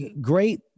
great